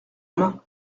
main